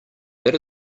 that